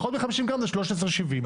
פחות מ-50 גרם עולה 13.70 שקלים.